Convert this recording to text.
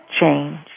change